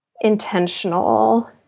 intentional